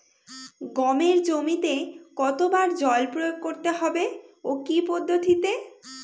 গমের জমিতে কতো বার জল প্রয়োগ করতে হবে ও কি পদ্ধতিতে?